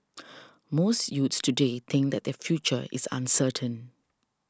most youths today think that their future is uncertain